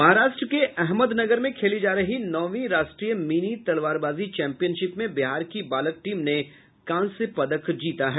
महाराष्ट्र के अहमदनगर में खेली जा रही नौवीं राष्ट्रीय मिनी तलवारबाजी चैंपियनशिप में बिहार की बालक टीम ने कांस्य पदक जीता है